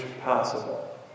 possible